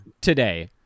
today